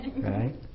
Right